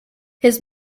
his